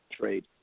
trade